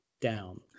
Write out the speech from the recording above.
down